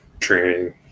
training